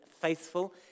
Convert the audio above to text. Faithful